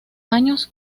años